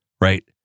right